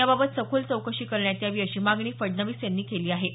याबाबत सखोल चौकशी करण्यात यावी अशी मागणी फडणवीस यांनी केली आहे